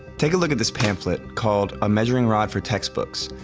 take a look at this pamphlet, called a measuring rod for text-books.